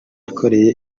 yakoreye